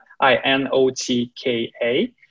I-N-O-T-K-A